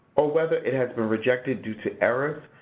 or whether it has been rejected due to errors,